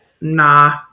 nah